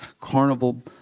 carnival